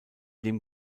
dem